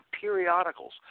Periodicals